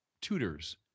tutors